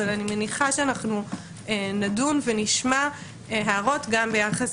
אבל אני מניחה שנדון ונשמע הערות גם ביחס